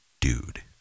dude